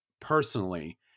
personally